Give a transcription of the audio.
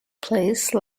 place